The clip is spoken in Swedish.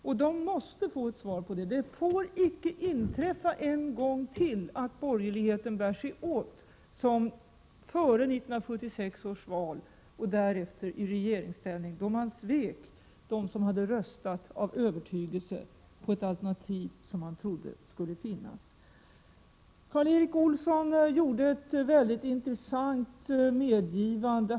Människorna måste få svar på dessa frågor. Det får icke inträffa en gång till att borgerligheten bär sig åt som den gjorde före 1976 års val och därefter i regeringsställning, då man svek dem som av övertygelse hade röstat på ett alternativ som man trodde skulle finnas. Karl Erik Olsson gjorde ett mycket intressant medgivande.